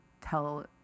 tell